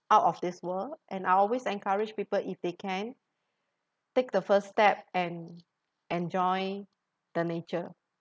out of this world and I'll always encourage people if they can take the first step and enjoy the nature